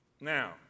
Now